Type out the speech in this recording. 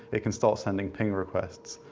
it can start sending ping requests.